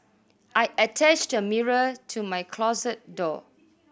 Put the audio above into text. I attached a mirror to my closet door